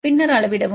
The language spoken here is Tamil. பின்னர் அளவிடவும்